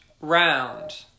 round